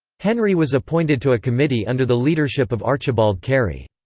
henry was appointed to a committee under the leadership of archibald cary.